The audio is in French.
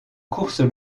courses